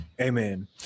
Amen